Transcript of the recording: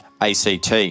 act